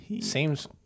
Seems